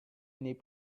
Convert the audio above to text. n’est